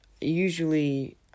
usually